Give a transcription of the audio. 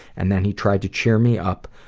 and then he tried to cheer me up,